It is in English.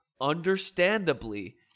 understandably